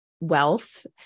wealth